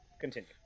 continue